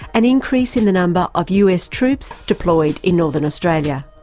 an increase in the number of us troops deployed in northern australia.